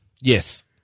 Yes